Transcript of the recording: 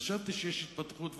חשבתי שיש התפתחות,